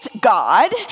God